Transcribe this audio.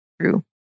true